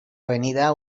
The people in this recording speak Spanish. avenida